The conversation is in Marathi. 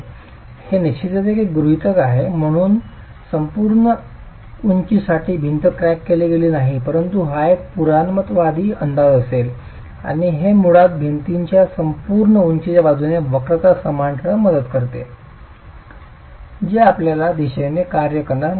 हे निश्चितच एक गृहितक आहे संपूर्ण उंचीसाठी भिंत क्रॅक केलेली नाही परंतु हा एक पुराणमतवादी अंदाज असेल आणि हे मुळात भिंतीच्या संपूर्ण उंचीच्या बाजूने वक्रता समान ठेवण्यास मदत करते जे आपल्याला दिशेने कार्य करण्यास मदत करते